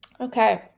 Okay